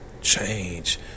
change